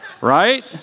Right